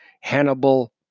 Hannibal